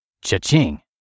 Cha-ching